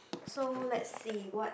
so let's see what